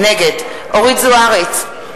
נגד אורית זוארץ,